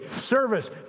service